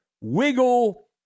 wiggle